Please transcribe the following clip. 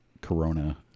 corona